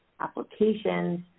applications